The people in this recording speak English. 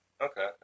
Okay